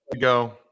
go